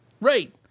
Right